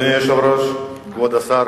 אדוני היושב-ראש, כבוד השר,